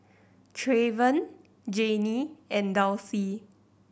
Treyvon Janie and Dulcie